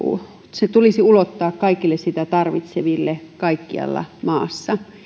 se tulisi ulottaa kaikille sitä tarvitseville kaikkialla maassa